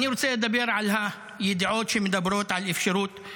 אני רוצה לדבר על הידיעות שמדברות על